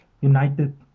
United